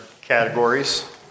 categories